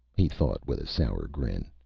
he thought with a sour grin.